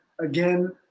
Again